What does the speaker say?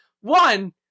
One